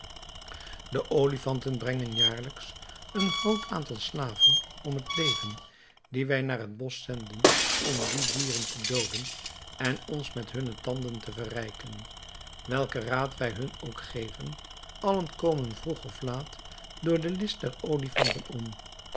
de olifanten brengen jaarlijks een groot aantal slaven om het leven die wij naar het bosch zenden om die dieren te dooden en ons met hunne tanden te verrijken welken raad wij hun ook geven allen komen vroeg of laat door de list der olifanten om